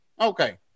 Okay